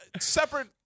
separate